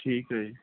ਠੀਕ ਹੈ ਜੀ